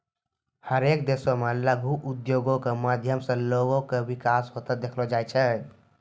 हरेक देशो मे लघु उद्योगो के माध्यम से लोगो के विकास होते देखलो जाय छै